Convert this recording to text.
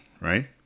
right